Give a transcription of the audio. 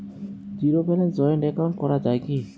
Zero ব্যালেন্সে joint account করা য়ায় কি?